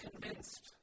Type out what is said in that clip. convinced